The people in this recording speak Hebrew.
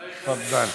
תפדל.